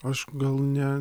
aš gal ne